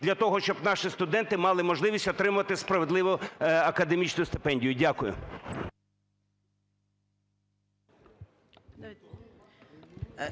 для того щоб наші студенти мали можливість отримувати справедливу академічну стипендію. Дякую.